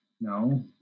no